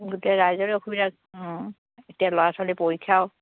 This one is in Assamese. গোটেই ৰাইজৰে অসুবিধা এতিয়া ল'ৰা ছোৱালীৰ পৰীক্ষাও